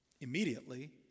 Immediately